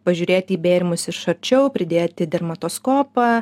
pažiūrėti į bėrimus iš arčiau pridėti dermatoskopą